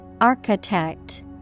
Architect